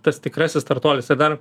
tas tikrasis startuolis ir dar